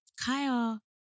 Kaya